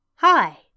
Hi